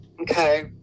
Okay